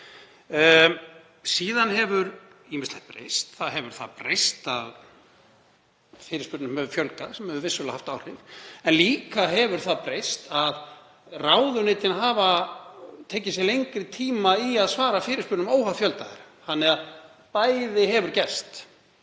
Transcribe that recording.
Síðan hefur ýmislegt breyst. Það hefur breyst að fyrirspurnum hefur fjölgað, sem hefur vissulega haft áhrif, en líka hefur það breyst að ráðuneytin hafa tekið sér lengri tíma í að svara fyrirspurnum óháð fjölda þeirra. Þannig að hvort